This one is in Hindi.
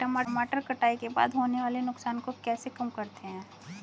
टमाटर कटाई के बाद होने वाले नुकसान को कैसे कम करते हैं?